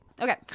Okay